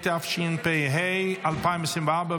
התשפ"ה 2024,